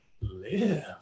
live